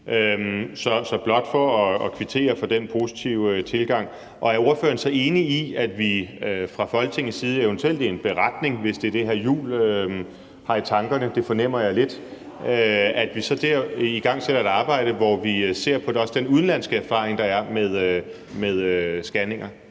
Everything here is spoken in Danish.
vil blot kvittere for den positive tilgang. Er ordføreren så enig i, at vi fra Folketingets side, eventuelt i en beretning, hvis det er det, hr. Christian Juhl har i tankerne – det fornemmer jeg lidt – igangsætter et arbejde, hvor vi også ser på den udenlandske erfaring, der er, med scanninger?